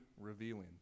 revealing